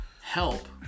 help